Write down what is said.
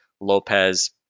Lopez